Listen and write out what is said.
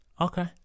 Okay